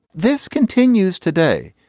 this continues today.